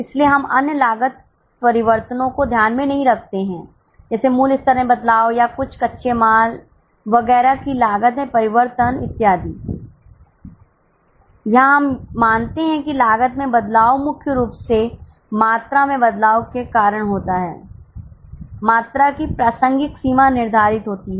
इसलिए हम अन्य लागत परिवर्तनों को ध्यान में नहीं रखते हैं जैसे मूल्य स्तर में बदलाव या कुछ कच्चे माल वगैरह की लागत में परिवर्तन इत्यादि यहां हम मानते हैं कि लागत में बदलाव मुख्य रूप से मात्रा में बदलाव के कारण होता है मात्रा की प्रासंगिक सीमा निर्धारित होती है